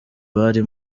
bari